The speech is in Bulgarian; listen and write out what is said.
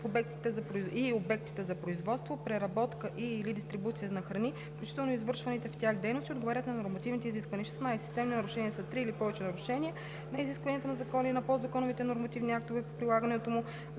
и обектите за производство, преработка и/или дистрибуция на храни, включително извършваните в тях дейности, отговарят на нормативните изисквания. 16. „Системни нарушения“ са три или повече нарушения на изискванията на закона и на подзаконовите нормативни актове по прилагането му,